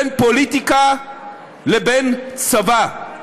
בין פוליטיקה לבין צבא.